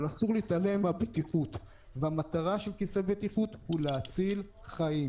אבל אסור להתעלם מהבטיחות והמטרה של כיסא בטיחות היא להציל חיים.